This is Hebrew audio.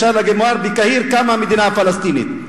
אפשר לומר שבקהיר קמה המדינה הפלסטינית.